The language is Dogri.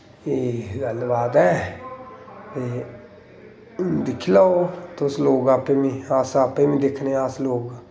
एह् गल्ल बात ऐ ते दिक्खी लैओ तुस लोग आपैं बी अस आपैं बी दिक्खनेआं अस लोग